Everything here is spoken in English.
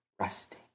Rusty